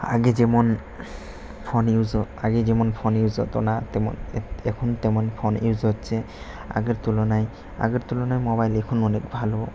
আগে যেমন phone use আগে যেমন ফোন ইউস হতো না তেমন এখন তেমন ফোন ইউজ হচ্ছে আগের তুলনায় আগের তুলনায় মোবাইল এখুন অনেক ভালো